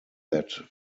that